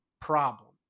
problem